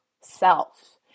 self